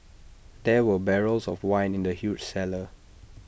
there were barrels of wine in the huge cellar